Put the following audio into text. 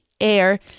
air